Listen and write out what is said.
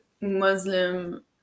Muslim